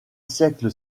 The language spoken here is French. siècle